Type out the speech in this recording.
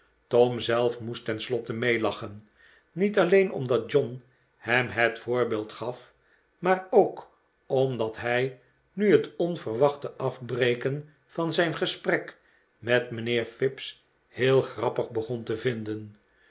tom zelf moest tenslotte meelachen niet alleen omdat john hem het voorbeeld gaf maar ook omdat hij nu het onverwachte afbreken van zijn gesprek met mijnheer fips heel grappig begon te vinden